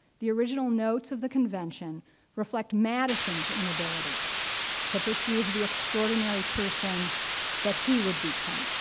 the original notes of the convention reflect madison's inability to perceive the extraordinary person that he would become.